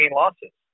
losses